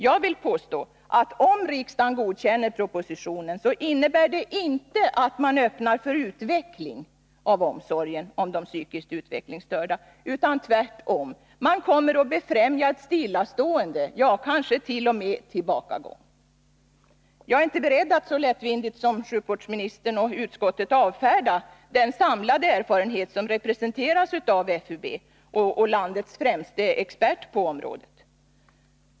Jag vill påstå att om riksdagen godkänner propositionen, innebär det inte att man öppnar för utveckling av omsorgen om de psykiskt utvecklingsstörda utan tvärtom. Man kommer att befrämja ett stillastående, ja kanske t.o.m. tillbakagång. Jag är inte beredd att så lättvindigt som sjukvårdsministern och utskottet avfärda den samlade erfarenhet som representeras av FUB och landets främste expert på området.